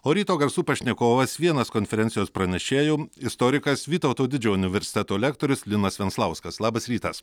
o ryto garsų pašnekovas vienas konferencijos pranešėjų istorikas vytauto didžiojo universiteto lektorius linas venclauskas labas rytas